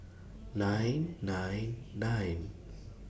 nine nine nine